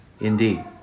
indeed